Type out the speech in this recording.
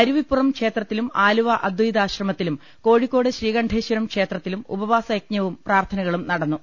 അരുവിപ്പുറം ക്ഷേത്രത്തിലും ആലുവ അദ്വൈതാശ്രമത്തിലും കോഴിക്കോട് ശ്രീകണ്ഠേശ്വര ക്ഷേത്രത്തിലും ഉപവാസ യജ്ഞവും പ്രാർത്ഥനകളും നടന്നു